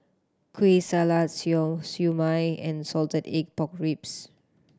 Kueh Salat siew su mai and salted egg pork ribs